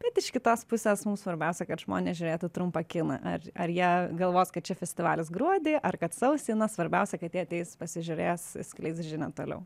bet iš kitos pusės mum svarbiausia kad žmonės žiūrėtų trumpą kiną ar ar jie galvos kad čia festivalis gruodį ar kad sausį na svarbiausia kad jie ateis pasižiūrės skleis žinią toliau